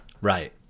Right